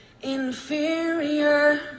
inferior